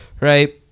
Right